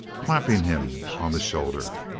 clapping him on the shoulder.